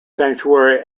sanctuary